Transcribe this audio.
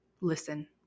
Listen